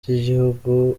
ry’igihugu